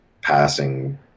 passing